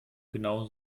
genau